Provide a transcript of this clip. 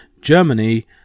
Germany